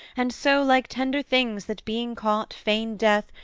and so like tender things that being caught feign death,